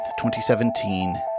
2017